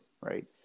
right